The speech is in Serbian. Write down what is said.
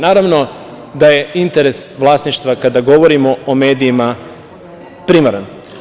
Naravno da je interes vlasništva kada govorimo o medijima primaran.